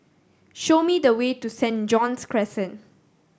show me the way to St John's Crescent